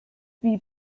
wie